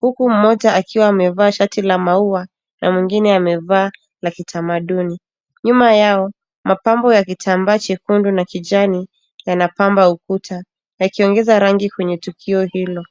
huku mmoja akiwa amevaa shati la maua na mwingine amevaa la kitamaduni. Nyuma yao, mapambo ya kitambaa chekundu na kijani yanapamba ukuta, yakiongeza rangi kwenye tukio hilo.